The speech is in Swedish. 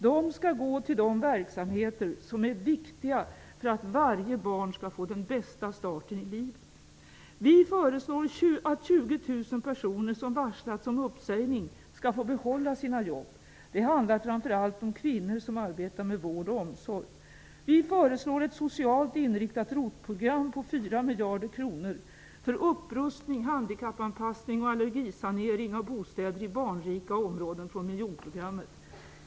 De skall gå till de verksamheter som är viktiga för att varje barn skall få den bästa starten i livet. Vi föreslår att de 20 000 personer som varslats om uppsägning skall få behålla sina jobb. Det handlar framför allt om kvinnor som arbetar med vård och omsorg. Vi föreslår ett socialt inriktat ROT-program på 4 miljarder kronor för upprustning, handikappanpassning och allergisanering av bostäder i barnrika områden från miljonprogrammet.